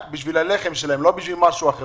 רק בשביל הלחם שלהן, לא בשביל משהו אחר.